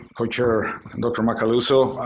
co-chair dr. macaluso.